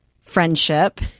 friendship